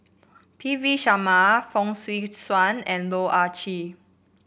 P V Sharma Fong Swee Suan and Loh Ah Chee